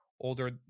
older